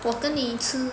我跟你吃